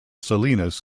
salinas